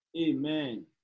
Amen